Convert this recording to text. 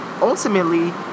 ultimately